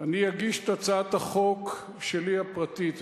אני אגיש את הצעת החוק הפרטית שלי.